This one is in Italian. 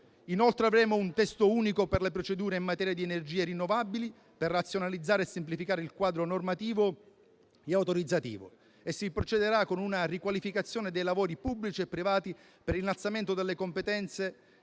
Inoltre, avremo un Testo unico per le procedure in materia di energie rinnovabili, per razionalizzare e semplificare il quadro normativo e autorizzativo e si procederà con una riqualificazione dei lavori pubblici e privati per l'innalzamento delle competenze